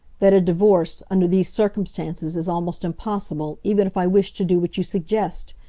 that a divorce, under these circumstances, is almost impossible, even if i wished to do what you suggest.